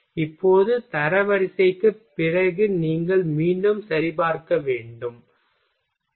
இப்போது தரவரிசைக்குப் பிறகு நீங்கள் மீண்டும் சரிபார்க்க வேண்டும் சரி